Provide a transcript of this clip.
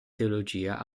teologia